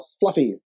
Fluffy